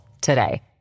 today